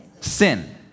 Sin